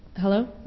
hello